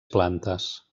plantes